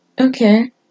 Okay